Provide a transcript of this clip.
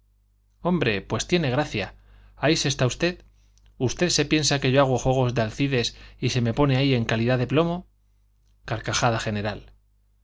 hombre pues tiene gracia ahí se está usted usted se piensa que yo hago juegos de alcides y se me pone ahí en calidad de plomo carcajada general